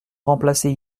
remplacer